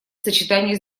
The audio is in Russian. сочетании